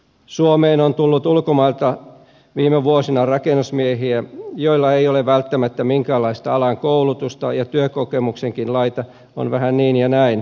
suomeen on tullut ulkomailta viime vuosina rakennusmiehiä joilla ei ole välttämättä minkäänlaista alan koulutusta ja työkokemuksenkin laita on vähän niin ja näin